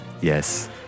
Yes